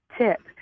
tip